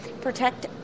protect